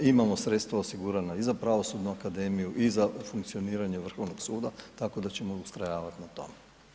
Imamo sredstva osigurana i za pravosudnu akademiju i za funkcioniranje Vrhovnog suda, tako da ćemo ustrajavati na tome.